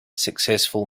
successful